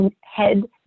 head